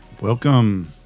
Welcome